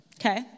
Okay